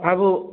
अब